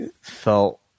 felt